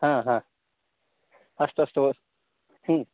हा हा अस्तु अस्तु ह्म्